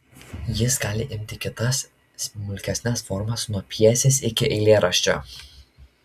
jis gali įimti kitas smulkesnes formas nuo pjesės iki eilėraščio